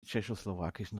tschechoslowakischen